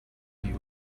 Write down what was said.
you